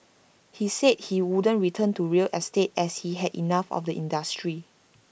he said he wouldn't return to real estate as he had enough of the industry